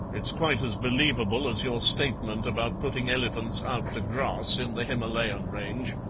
it's quite as believable as your statement about putting elephants out to grass in the himalayan range.